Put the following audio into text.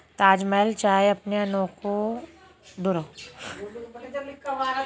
ताजमहल चाय अपने अनोखे स्वाद के लिए जानी जाती है